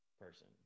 person